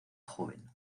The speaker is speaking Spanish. joven